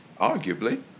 arguably